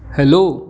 hello